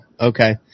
Okay